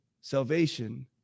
salvation